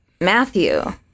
Matthew